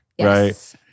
Right